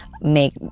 make